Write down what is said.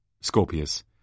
Scorpius